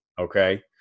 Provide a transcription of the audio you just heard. Okay